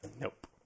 Nope